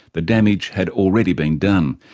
the damage had already been done.